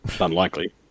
unlikely